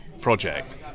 project